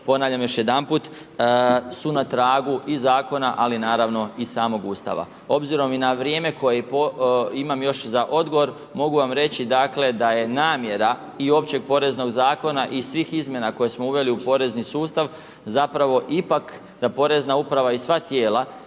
ponavljam još jedanput, su na tragu i zakona, ali naravno i samog Ustava. Obzirom i na vrijeme koje imam još za odgovor mogu vam reći dakle da je namjera i općeg poreznog zakona i svih izmjena koje smo uveli u porezni sustav zapravo ipak da porezna uprava i sva tijela